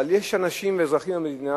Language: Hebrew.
אבל יש אנשים, אזרחים במדינה,